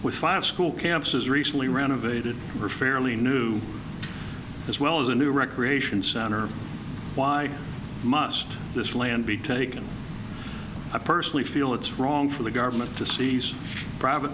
with five school campuses recently renovated or fairly new as well as a new recreation center why must this land be taken i personally feel it's wrong for the government to seize private